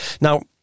Now